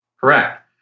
Correct